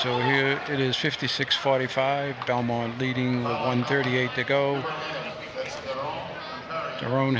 so it is fifty six forty five down one leading on thirty eight they go their own